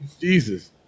Jesus